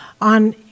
on